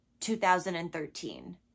2013